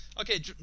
Okay